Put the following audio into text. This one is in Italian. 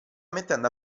mettendo